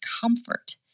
comfort